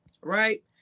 right